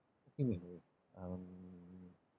you mean um